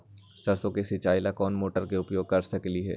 सरसों के सिचाई ला कोंन मोटर के उपयोग कर सकली ह?